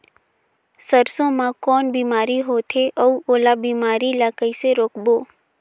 सरसो मा कौन बीमारी होथे अउ ओला बीमारी ला कइसे रोकबो?